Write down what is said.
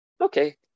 okay